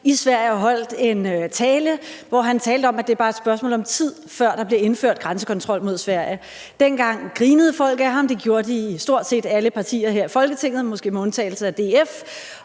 i Sverige og holdt en tale, hvor han talte om, at det bare er et spørgsmål om tid, før der bliver indført grænsekontrol mod Sverige. Dengang grinede folk af ham, det gjorde de i stort set alle partier her i Folketinget, måske med undtagelse af DF,